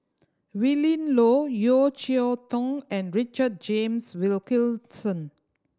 Willin Low Yeo Cheow Tong and Richard James Wilkinson